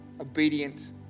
obedient